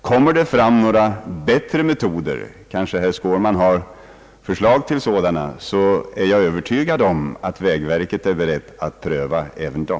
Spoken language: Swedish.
Kommer det fram några nya metoder — herr Skårman kanske har för slag till sådana — så är jag övertygad om att vägverket är berett att pröva även dem.